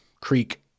Creek